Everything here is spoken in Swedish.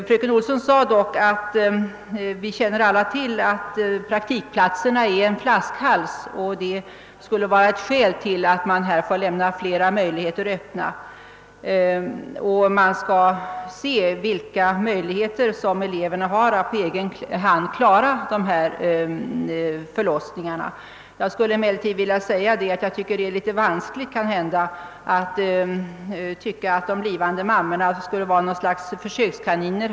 Fröken Olsson sade dock, att vi alla känner till att praktikplatserna utgör en flaskhals och att detta skulle vara ett skäl till att man får lämna flera möjligheter öppna och att man skall undersöka vilka möjligheter eleverna har att på egen hand klara förlossningsfall. Jag skulle emellertid vilja säga, att det framstår som litet vanskligt att de blivande mammorna skulle vara något slags försökskaniner.